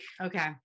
Okay